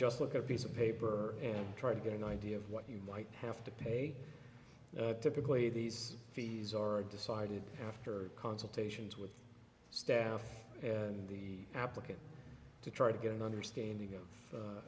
just look at piece of paper and try to get an idea of what you might have to pay typically these fees are decided after consultations with staff and the applicant to try to get an understanding of